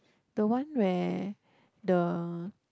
the one where the